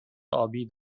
آبی